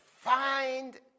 find